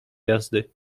jazdy